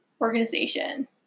organization